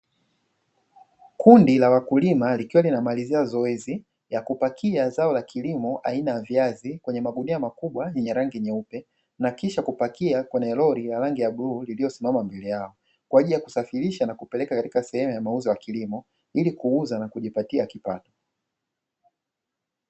Kundi la wakulima likiwa linamalizia zoezi la kupakia zao la kilimo aina ya viazi, kwenye magunia makubwa yenye rangi nyeupe na kisha kupakia kwenye lori la rangi ya bluu, lililosimama mbele yao, kwa ajili ya kusafirisha na kupeleka katika sehemu ya mauzo ya kilimo ili kuuza na kujipatia kipato.